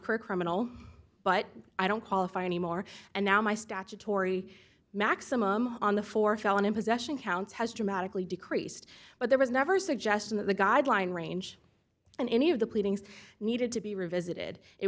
criminal but i don't qualify anymore and now my statutory maximum on the th felon in possession counts has dramatically decreased but there was never suggestion that the guideline range in any of the pleadings needed to be revisited it